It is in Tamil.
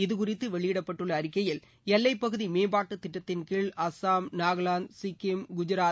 இது குறித்து வெளியிடப்பட்டுள்ள அறிக்கையில் எல்லைப் பகுதி மேம்பாட்டுத் திட்டத்தின் கீழ் அசாம் நாகாலாந்து சிக்கிம் குஜராத்